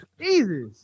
Jesus